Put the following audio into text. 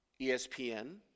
ESPN